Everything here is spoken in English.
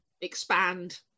expand